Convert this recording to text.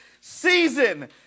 season